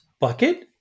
bucket